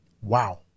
Wow